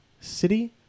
City